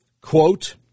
Quote